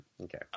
Okay